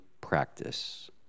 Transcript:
practice